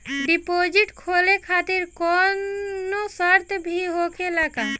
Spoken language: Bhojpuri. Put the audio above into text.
डिपोजिट खोले खातिर कौनो शर्त भी होखेला का?